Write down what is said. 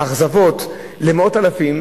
אכזבות למאות אלפים,